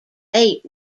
eight